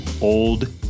old